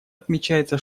отмечается